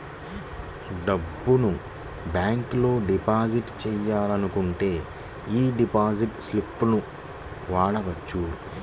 డబ్బును బ్యేంకులో డిపాజిట్ చెయ్యాలనుకుంటే యీ డిపాజిట్ స్లిపులను వాడొచ్చు